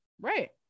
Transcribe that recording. right